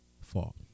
fault